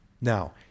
Now